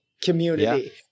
community